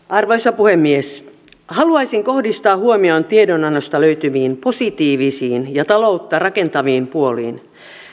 arvoisa puhemies haluaisin kohdistaa huomion tiedonannosta löytyviin positiivisiin ja taloutta rakentaviin puoliin